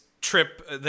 trip